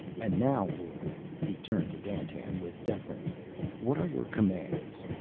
and now, lord he turned to dandtan with deference what are your commands?